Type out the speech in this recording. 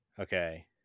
Okay